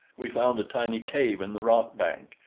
we found a tiny cave in the rock bank,